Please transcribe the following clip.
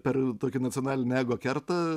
per tokią nacionalinį ego kerta